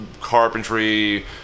carpentry